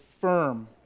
firm